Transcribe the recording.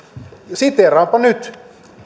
siteeraanpa nyt